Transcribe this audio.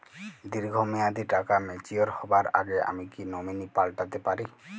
দীর্ঘ মেয়াদি টাকা ম্যাচিউর হবার আগে আমি কি নমিনি পাল্টা তে পারি?